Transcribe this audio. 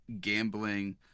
gambling